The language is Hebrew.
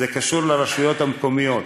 זה קשור לרשויות המקומיות.